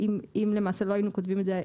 אם למעשה לא היינו כותבים את זה,